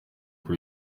kuko